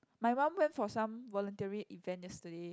my mum went for some voluntary event yesterday